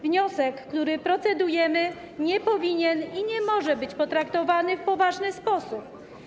Wniosek, nad którym procedujemy, nie powinien i nie może być potraktowany w poważny sposób.